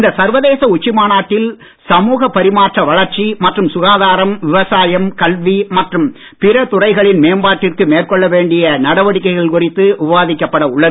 இந்த சர்வதேச உச்சி மாநாட்டில் சமூக பரிமாற்ற வளர்ச்சி மற்றும் சுகாதாரம் விவசாயம் கல்வி மற்றும் பிற துறைகளின் மேம்பாட்டிற்கு மேற்கொள்ள வேண்டிய நடவடிக்கைகள் குறித்து விவாதிக்கப்பட உள்ளது